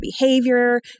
behavior